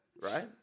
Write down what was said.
right